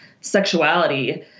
sexuality